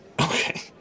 Okay